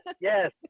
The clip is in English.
yes